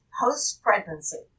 post-pregnancy